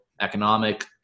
economic